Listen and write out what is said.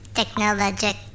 technologic